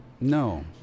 no